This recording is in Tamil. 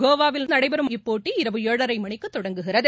கோவாவில் நடைபெறும் இப்போட்டி இரவு ஏழரை மணிக்கு தொடங்குகிறது